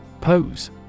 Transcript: Pose